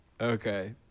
Okay